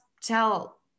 tell